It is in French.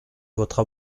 votre